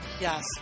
Yes